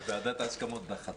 וועדת ההסכמות דחתה.